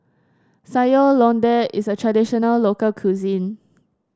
Sayur Lodeh is a traditional local cuisine